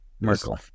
Merkel